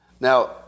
Now